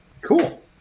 Cool